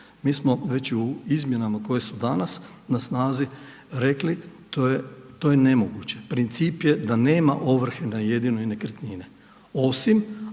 Mi smo već u izmjenama koje su danas na snazi rekli to je nemoguće, princip je da nema ovrhe na jedinoj nekretnini osim